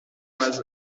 was